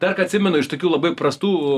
dar ką atsimenu iš tokių labai prastų